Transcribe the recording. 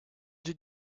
did